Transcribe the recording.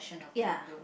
ya